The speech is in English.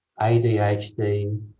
ADHD